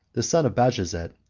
the son of bajazet,